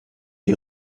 die